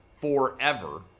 forever